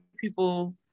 people